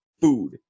food